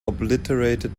obliterated